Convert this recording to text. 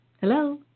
Hello